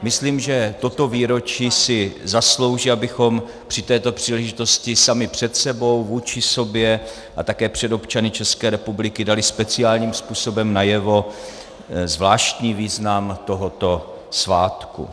Myslím, že toto výročí si zaslouží, abychom při této příležitosti sami před sebou, vůči sobě a také před občany České republiky dali speciálním způsobem najevo zvláštní význam tohoto svátku.